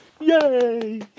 yay